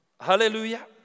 Hallelujah